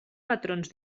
patrons